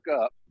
up